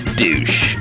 douche